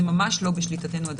זה ממש לא בשליטתנו.